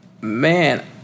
man